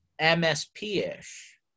MSP-ish